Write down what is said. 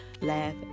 laugh